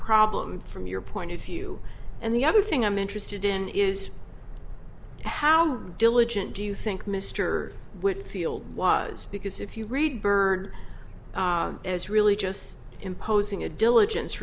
problem from your point of view and the other thing i'm interested in is how diligent do you think mr whitfield was because if you read byrd is really just imposing a diligence